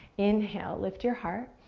inhale, lift your heart,